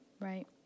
Right